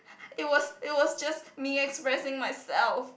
it was it was just me expressing myself